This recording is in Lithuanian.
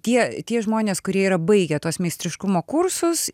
tie tie žmonės kurie yra baigę tuos meistriškumo kursus